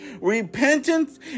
Repentance